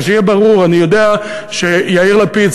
ושיהיה ברור: אני יודע שיאיר לפיד,